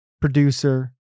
producer